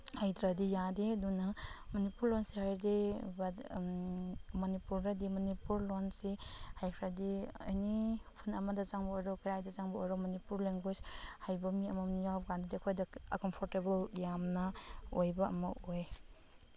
ꯍꯩꯇ꯭ꯔꯗꯤ ꯌꯥꯗꯦ ꯑꯗꯨꯅ ꯃꯅꯤꯄꯨꯔ ꯂꯣꯟꯁꯤ ꯍꯩꯔꯗꯤ ꯕꯠ ꯃꯅꯤꯄꯨꯔꯗꯗꯤ ꯃꯅꯤꯄꯨꯔ ꯂꯣꯟꯁꯤ ꯍꯩꯈ꯭ꯔꯗꯤ ꯑꯦꯅꯤ ꯈꯨꯟ ꯑꯃꯗ ꯆꯪꯕ ꯑꯣꯏꯔꯣ ꯀꯔꯥꯏꯗ ꯆꯪꯕ ꯑꯣꯏꯔꯣ ꯃꯅꯤꯄꯨꯔ ꯂꯦꯡꯒ꯭ꯋꯦꯁ ꯍꯩꯕ ꯃꯤ ꯑꯃꯃꯝ ꯌꯥꯎꯕꯀꯥꯟꯗꯗꯤ ꯑꯩꯈꯣꯏꯗ ꯀꯌꯥ ꯀꯝꯐꯣꯔꯇꯦꯕꯜ ꯌꯥꯝꯅ ꯑꯣꯏꯕ ꯑꯃ ꯑꯣꯏꯌꯦ